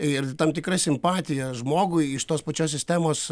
ir tam tikra simpatija žmogui iš tos pačios sistemos